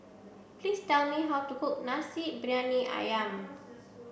please tell me how to cook Nasi Briyani Ayam